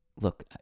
look